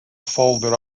folded